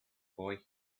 boy